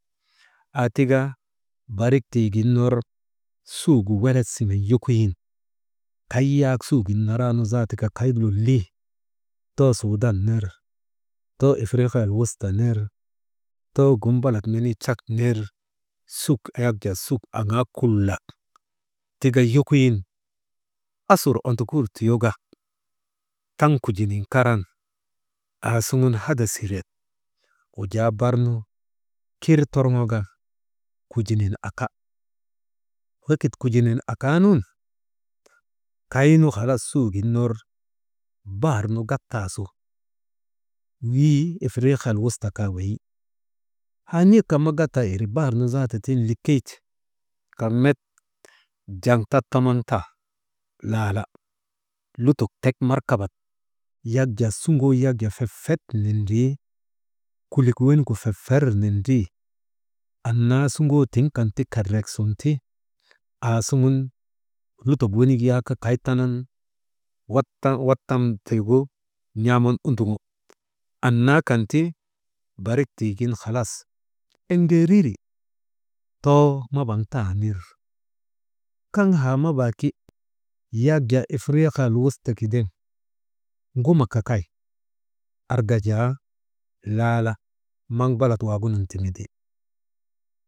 Aa tika barik tiigin ner suugu welet siŋen yokoyin, kay yak suugin naraa nu zaata ke kay lolii, too suudan ner, afririikiyal wusta ner, too dun balat menii cat ner suk yak jaa suk aŋaa kulak, tika yokoyin, asur ondokur tuyoka taŋ kujinin karan aasuŋun hada siren wujaa barnu kir torŋoka, kujinin akawekit kujinin akaa nun kay nu halas suugin ner bahar nu battaa su wii ifiriikiyal wuta kaa weyi, haa n̰ek kan ma gatta wiri bahar nu zaata tiŋ likey ti, kaŋ met jaŋ tattamaŋ tan laala lutok tek markabak yak jaa suŋoo yak jaa fefet nindrii, kulik wenigu fefer nindrii annaa suŋoo tiŋ kan ti kerek sunti, aasuŋun lutok wenik yak kay tanan kay tanan «hesitation» wattam tiigu n̰aaman unduŋo, annaa kan ti barik tiigin halas enŋeeriri too mabaŋ taa nir, kaŋ haa mabaa ki yak jaa ifirii kiyal wusta gideŋ ŋuma kakay arka jaa laala maŋ balak waagunun ti mindi.